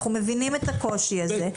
אנחנו מבינים את הקושי הזה,